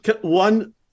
one